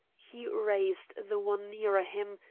he raised the one nearer him,